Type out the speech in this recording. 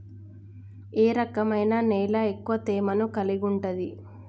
ఏ రకమైన నేల ఎక్కువ తేమను కలిగుంటది?